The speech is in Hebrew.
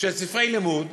של ספרי לימוד,